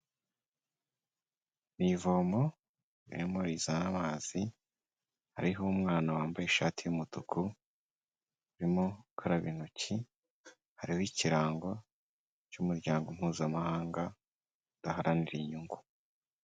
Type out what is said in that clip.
Ni ivomo ririmo rizana amazi, hariho umwana wambaye ishati y'umutuku, urimo gukaraba intoki, hariho ikirango cy'umuryango mpuzamahanga udaharanira inyungu.